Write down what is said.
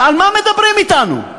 ועל מה מדברים אתנו?